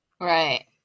Right